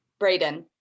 Brayden